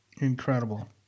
Incredible